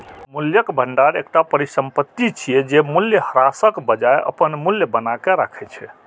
मूल्यक भंडार एकटा परिसंपत्ति छियै, जे मूल्यह्रासक बजाय अपन मूल्य बनाके राखै छै